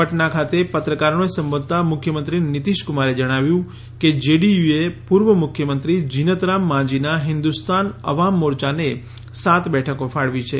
પટણા ખાતે પત્રકારોને સંબોધતા મુખ્યમંત્રી નીતીશ કુમારે જણાવ્યું કે જેડીયુએ પુર્વ મુખ્યમંત્રી જીનતરામ માંઝીના હીન્દુસ્તાન અવામ મોર્ચાને સાત બેઠકો ફાળવી છે